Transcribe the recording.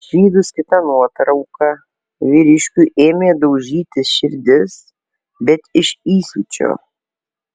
išvydus kitą nuotrauką vyriškiui ėmė daužytis širdis bet iš įsiūčio